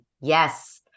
Yes